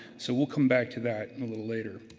so, we'll come back to that and a little later.